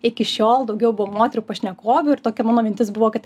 iki šiol daugiau buvo moterų pašnekovių ir tokia mano mintis buvo kad